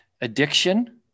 addiction